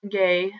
gay